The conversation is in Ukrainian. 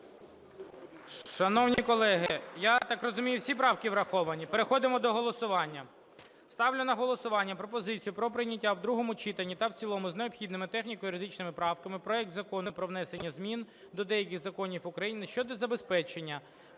Шановні колеги, я так розумію, всі правки враховані? Переходимо до голосування. Ставлю на голосування пропозицію про прийняття в другому читанні та в цілому з необхідними техніко-юридичними правками проект Закону про внесення змін до деяких законів України щодо забезпечення